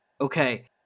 Okay